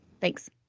Thanks